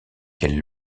qu’elle